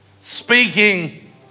speaking